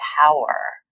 power